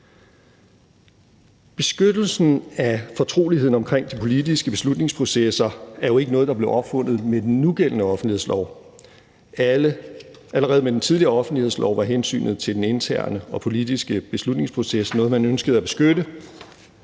Beskyttelsen af fortroligheden omkring de politiske beslutningsprocesser er jo ikke noget, der blev opfundet med den nugældende offentlighedslov. Allerede med den tidligere offentlighedslov var hensynet til den interne og politiske beslutningsproces noget, man ønskede at beskytte.